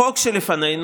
החוק שלפנינו,